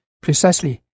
precisely